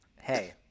Hey